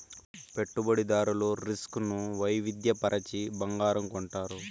పెట్టుబడిదారులు రిస్క్ ను వైవిధ్య పరచి బంగారం కొంటారు